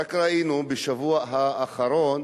רק בשבוע האחרון